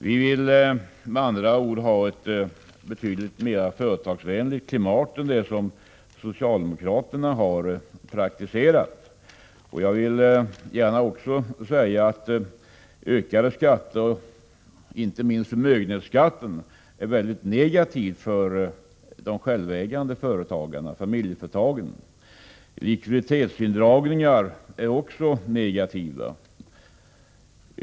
Med andra ord vill vi ha ett betydligt mera företagsvänligt klimat än det som socialdemokraterna har skapat. Jag vill också gärna säga att ökade skatter, inte minst förmögenhetsskatten, är någonting mycket negativt för de självägande företagarna, familjeföretagen. Likviditetsindragningar är också någonting negativt.